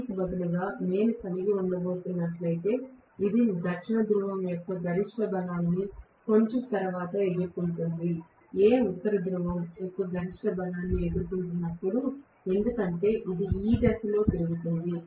దానికి బదులుగా నేను కలిగి ఉండబోతున్నట్లయితే ఇది దక్షిణ ధ్రువం యొక్క గరిష్ట బలాన్ని కొంచెం తరువాత ఎదుర్కొంటుంది A ఉత్తర ధ్రువం యొక్క గరిష్ట బలాన్ని ఎదుర్కొంటున్నప్పుడు ఎందుకంటే ఇది ఈ దిశలో తిరుగుతుంది